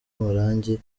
amarangi